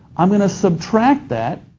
i'm going to subtract that,